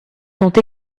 sont